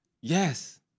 Yes